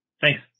Thanks